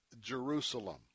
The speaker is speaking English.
Jerusalem